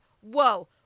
Whoa